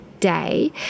day